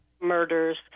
murders